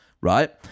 right